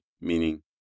meaning